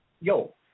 Yo